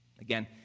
Again